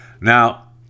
Now